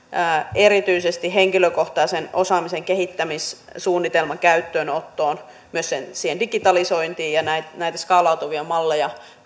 erityisesti henkilökohtaisen osaamisen kehittämissuunnitelman käyttöönottoon myös sen digitalisointiin ja näitä skaalautuvia malleja